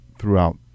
Throughout